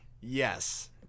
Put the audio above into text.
Yes